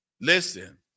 Listen